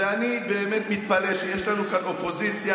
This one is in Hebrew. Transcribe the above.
ואני באמת מתפלא שיש לנו כאן אופוזיציה,